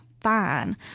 fine